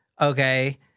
okay